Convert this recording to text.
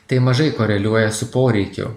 tai mažai koreliuoja su poreikiu